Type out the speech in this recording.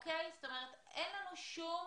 כרגע אין לנו שום